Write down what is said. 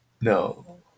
No